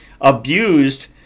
abused